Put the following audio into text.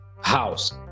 house